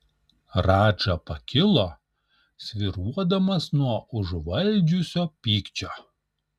radža pakilo svyruodamas nuo užvaldžiusio pykčio